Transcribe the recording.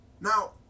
Now